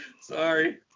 Sorry